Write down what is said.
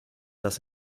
das